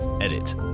Edit